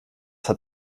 hat